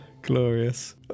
Glorious